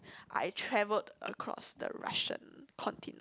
I travelled across the Russian continent